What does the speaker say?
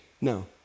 no